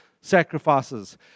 sacrifices